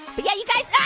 but yeah you guys,